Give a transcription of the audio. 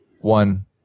One